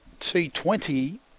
T20